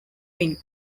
wing